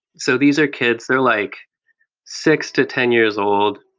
so these are kids, they're like six to ten years old,